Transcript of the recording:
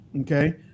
okay